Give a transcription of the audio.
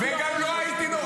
-- וגם לא הייתי,